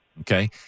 Okay